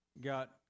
got